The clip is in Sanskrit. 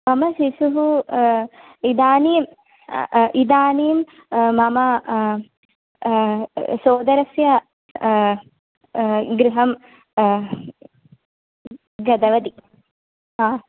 मम शिशुः इदानीं इदानीं मम सोदरस्य गृहं गतवती